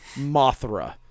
mothra